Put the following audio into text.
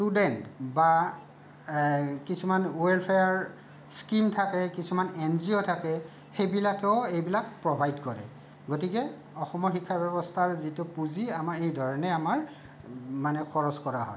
student বা কিছুমান welfare scheme থাকে কিছুমান এন জি অ' থাকে সেইবিলাকেও এইবিলাক প্ৰভাইড কৰে গতিকে অসমৰ শিক্ষা ব্যৱস্থাৰ যিটো পুঁজি আমাৰ এই ধৰণে আমাৰ মানে খৰছ কৰা হয়